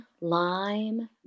Lime